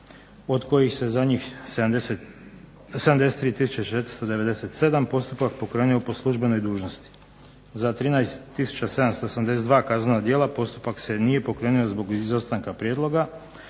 od kojih se za njih 73 tisuće 497 postupak pokrenuo po službenoj dužnosti. Za 13 tisuća 782 kaznena djela postupak se nije pokrenuo zbog izostanka prijedloga,